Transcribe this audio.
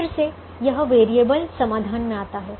फिर से यह वैरिएबल समाधान में आता है